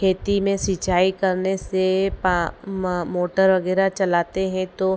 खेती में सिंचाई करने से पाँ माँ मोटर वगैरह चलाते हैं तो